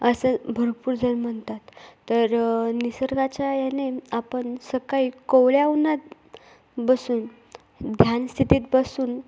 असं भरपूर जणं म्हणतात तर निसर्गाच्या याने आपण सकाळी कोवळ्या उन्हात बसून ध्यान स्थितीत बसून